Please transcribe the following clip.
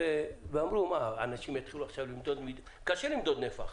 הרי אמרו: מה, קשה למדוד נפח.